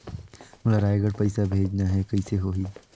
मोला रायगढ़ पइसा भेजना हैं, कइसे होही?